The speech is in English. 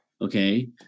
okay